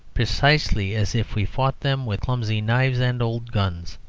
precisely as if we fought them with clumsy knives and old guns.